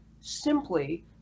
simply